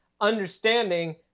understanding